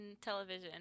television